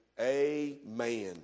amen